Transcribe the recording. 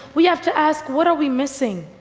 we have to ask what are we missing?